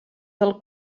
del